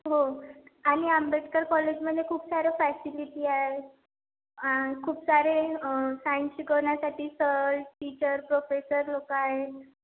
हो आणि आंबेडकर कॉलेजमध्ये खूप सारे फॅसिलिटी आहे खूप सारे सायन्स शिकवण्यासाठी सर टीचर प्रोफेसर लोक आहेत